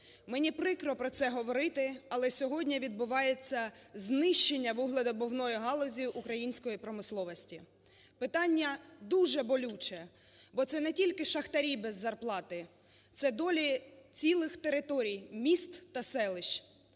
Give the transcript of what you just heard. мені прикро про це говорити, але сьогодні відбувається знищення вуглевидобувної галузі української промисловості. Питання дуже болюче, бо це не тільки шахтарі без зарплати, це долі цілих територій, міст та селищ.